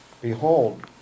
Behold